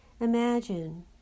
imagine